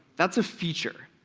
that's a feature.